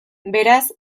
beraz